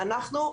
אנחנו,